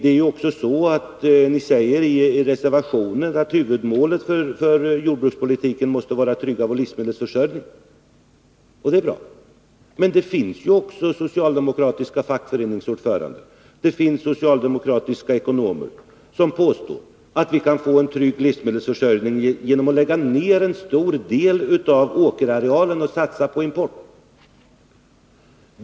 Ni säger också i reservationen att huvudmålet för jordbrukspolitiken måste vara att trygga vår livsmedelsförsörjning. Det är bra. Men det finns också socialdemokratiska fackföreningsordförande och socialdemokratiska ekonomer som påstår att vi kan få en trygg livsmedelsförsörjning genom att lägga ner en stor del av åkerarealen och satsa på import.